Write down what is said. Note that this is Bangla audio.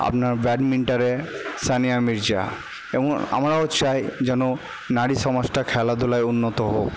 আপনার ব্যাডমিন্টনে সানিয়া মির্জা এবং আমরাও চাই যেন নারী সমাজটা খেলাধুলায় উন্নত হোক